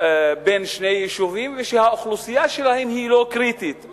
בין שני יישובים וכשהאוכלוסייה שלהם לא מגיעה למאסה קריטית,